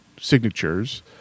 signatures